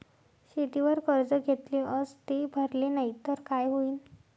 शेतीवर कर्ज घेतले अस ते भरले नाही तर काय होईन?